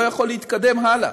הוא לא יכול להתקדם הלאה.